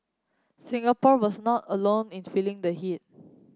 Singapore was not alone in feeling the heat